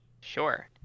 Sure